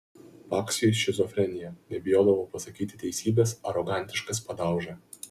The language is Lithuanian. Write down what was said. paksiui šizofrenija nebijodavo pasakyti teisybės arogantiškas padauža